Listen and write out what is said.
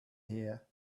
here